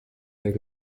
their